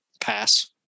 pass